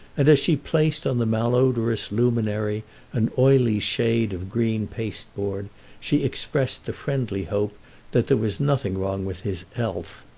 and as she placed on the malodorous luminary an oily shade of green pasteboard she expressed the friendly hope that there was nothing wrong with his ealth.